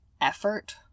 effort